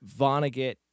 Vonnegut